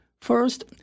First